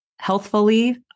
Healthfully